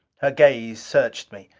her gaze searched me.